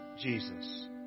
Jesus